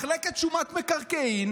מחלקת שומת מקרקעין,